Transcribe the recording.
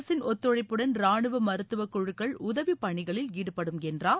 அரசின் ஒத்துழைப்புடன் ரானுவ மருத்துவக் குழுக்கள் உதவிப் பணிகளில் ஈடுபடும் என்றார்